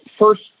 first